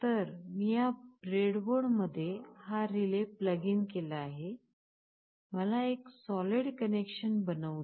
तर मी या ब्रेडबोर्डमध्ये हा रिले प्लगइन केला आहे मला एक सॉलिड कनेक्शन बनवू दया